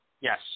Yes